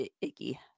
icky